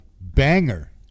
banger